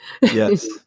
Yes